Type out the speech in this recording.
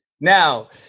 Now